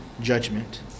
judgment